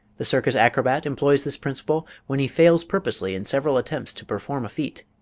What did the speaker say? the circus acrobat employs this principle when he fails purposely in several attempts to perform a feat,